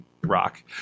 rock